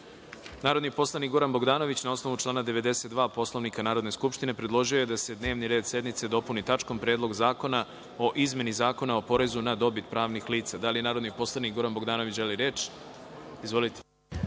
predlog. Narodni poslanik Goran Bogdanović, na osnovu člana 92. Poslovnika Narodne skupštine, predložio je da se dnevni red sednice dopuni tačkom Predlog zakona o izmeni Zakona o javnom informisanju i medijima. Da li narodni poslanik Goran Bogdanović želi reč? Izvolite.